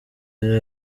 yari